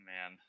Man